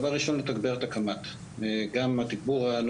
דבר ראשון, לתגבר את הקמ"ט.